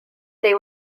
they